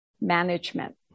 management